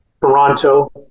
Toronto